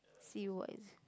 see you wear